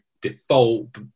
default